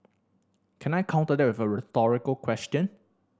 can I counter that with a rhetorical question